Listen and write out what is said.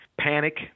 Panic